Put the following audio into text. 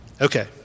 Okay